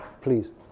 Please